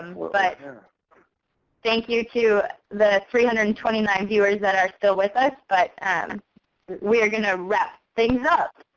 um but thank you to the three hundred and twenty nine viewers that are still with us. but um we are going to wrap things up.